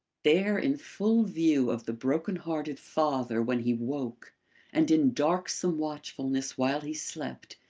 there in full view of the broken-hearted father when he woke and in darksome watchfulness while he slept,